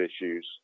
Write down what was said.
issues